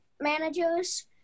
managers